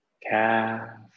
Calf